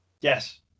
yes